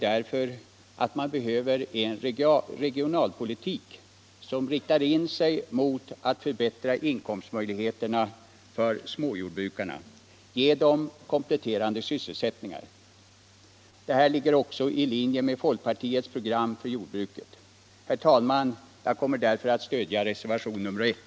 Därför måste vi föra en regionalpolitik som riktar in sig på att förbättra inkomstmöjligheterna för småjordbrukarna och ge dem kompletterande sysselsättningar. Detta ligger också i linje med folkpartiets program för jordbruket. Herr talman! Jag kommer därför att stödja reservationen 1.